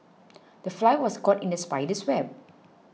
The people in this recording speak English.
the fly was caught in the spider's web